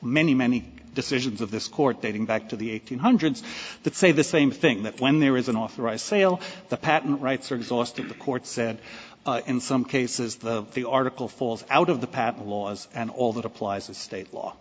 many many decisions of this court dating back to the eight hundreds that say the same thing that when there is an authorized sale the patent rights are exhausted the court said in some cases the the article falls out of the patent laws and all that applies to state law